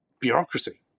bureaucracy